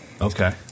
Okay